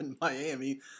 Miami